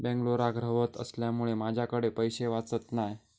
बेंगलोराक रव्हत असल्यामुळें माझ्याकडे पैशे वाचत नाय